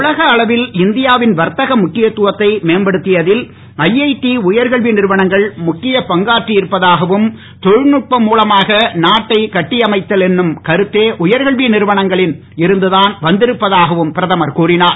உலக அளவில் இந்தியாவின் வர்த்தக முக்கியத்துவத்தை மேம்படுத்தியதில் ஜ்ஜடி உயர்கல்வி நிறுவனங்கள் முக்கிய பங்காற்றி இருப்பதாகவும் தொழில்நுட்பம் மூலமாக நாட்டை கட்டியமைத்தல் என்னும் கருத்தே உயர்கல்வி நிறுவனங்களில் இருந்துதான் வந்திருப்பதாகவும் பிரதமர் கூறினார்